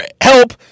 help